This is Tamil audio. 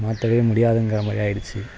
மாற்றவே முடியாதுங்கிற மாதிரி ஆயிடுச்சு